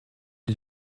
est